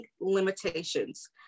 limitations